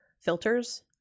filters